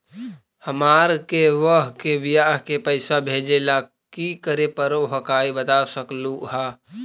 हमार के बह्र के बियाह के पैसा भेजे ला की करे परो हकाई बता सकलुहा?